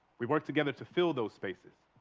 we work together to fill those spaces,